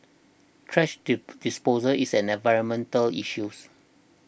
thrash D disposal is an environmental issues